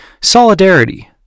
Solidarity